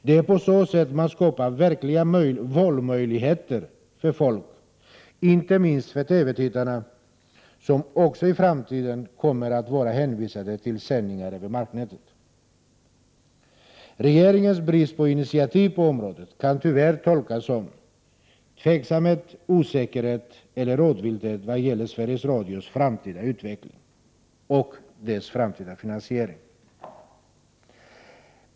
Det är på så sätt man skapar verkliga valmöjligheter för folk, inte minst för de TV-tittare som också i framtiden kommer att vara hänvisade till sändningar över marknätet. Regeringens brist på initiativ på området kan tyvärr tolkas som tveksamhet, osäkerhet eller rådvillhet vad gäller Sveriges Radios framtida utveckling och dess framtida finansiering.